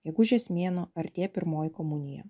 gegužės mėnuo artėja pirmoji komunija